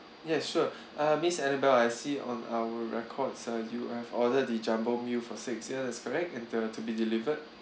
yes sure uh miss annabelle I see on our records uh you have ordered the jumbo meal for six ya that's correct and uh to be delivered